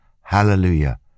Hallelujah